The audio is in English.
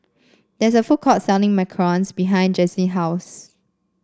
there is a food court selling macarons behind Jaslene's house